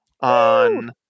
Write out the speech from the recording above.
on